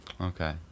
Okay